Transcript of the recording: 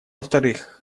вторых